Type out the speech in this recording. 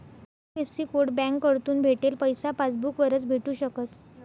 IFSC code बँककडथून भेटेल पैसा पासबूक वरच भेटू शकस